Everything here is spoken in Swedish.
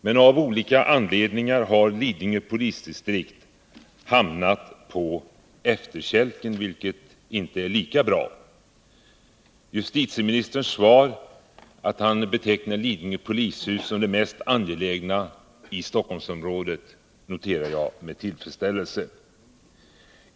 Men av olika anledningar har Lidingö polisdistrikt hamnat på efterkälken, vilket inte är lika bra. Att justitieministern i sitt svar betecknar ett nytt polishus i Lidingö som det mest angelägna projektet i Stockholmsområdet noterar jag med tillfredsställelse.